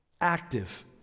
active